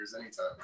anytime